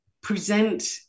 present